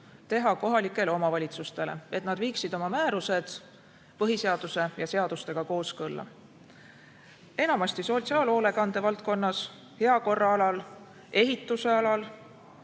teha kohalikele omavalitsustele, et nad viiksid oma määrused põhiseaduse ja seadustega kooskõlla. Enamasti sotsiaalhoolekande valdkonnas, heakorra alal, ehituse alal,